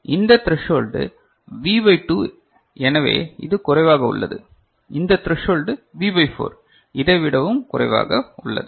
இந்த threshold V by 2 எனவே இது குறைவாக உள்ளது இந்த த்ரசோல்டு V பை 4 இதை விடவும் குறைவாக உள்ளது